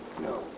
No